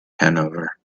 hanover